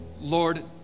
Lord